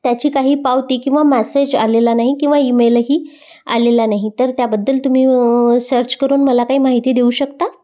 त्याची काही पावती किंवा मॅसेज आलेला नाही किंवा ईमेलही आलेला नाही तर त्याबद्दल तुम्ही सर्च करून मला काही माहिती देऊ शकता